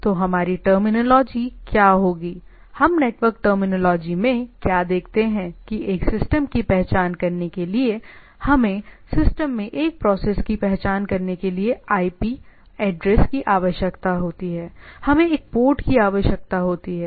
तोहमारी terminology क्या होगी हम नेटवर्क टर्मिनोलॉजी में क्या देखते हैं कि एक सिस्टम की पहचान करने के लिए हमें सिस्टम में एक प्रोसेस की पहचान करने के लिए आईपी एड्रेस की आवश्यकता होती है हमें एक पोर्ट की आवश्यकता होती है